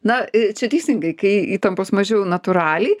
na čia teisingai kai įtampos mažiau natūraliai